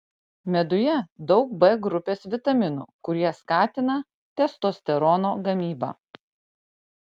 meduje daug b grupės vitaminų kurie skatina testosterono gamybą